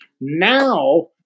Now